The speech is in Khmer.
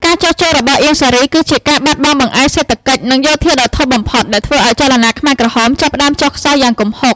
ការចុះចូលរបស់អៀង សារី គឺជាការបាត់បង់បង្អែកសេដ្ឋកិច្ច និងយោធាដ៏ធំបំផុតដែលធ្វើឱ្យចលនាខ្មែរក្រហមចាប់ផ្ដើមចុះខ្សោយយ៉ាងគំហុក។